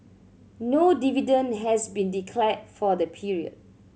no dividend has been declared for the period